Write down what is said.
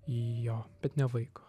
jo bet ne vaiko